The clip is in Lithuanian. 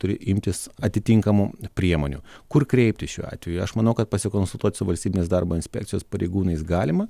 turi imtis atitinkamų priemonių kur kreiptis šiuo atveju aš manau kad pasikonsultuot su valstybinės darbo inspekcijos pareigūnais galima